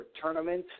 tournament